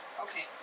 Okay